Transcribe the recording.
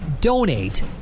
donate